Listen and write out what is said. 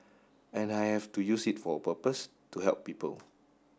and I have to use it for a purpose to help people